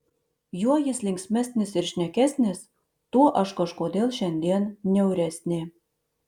juo jis linksmesnis ir šnekesnis tuo aš kažkodėl šiandien niauresnė